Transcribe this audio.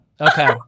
Okay